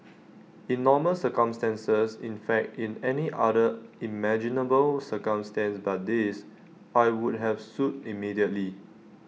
in normal circumstances in fact in any other imaginable circumstance but this I would have sued immediately